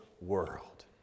world